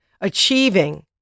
achieving